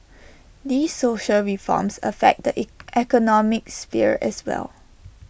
these social reforms affect the economic sphere as well